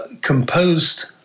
composed